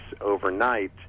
overnight